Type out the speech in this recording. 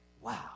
wow